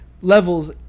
levels